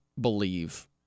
believe